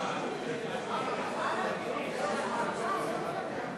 אסף חזן,